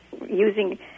using